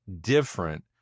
different